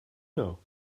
know